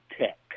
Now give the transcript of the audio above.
Tech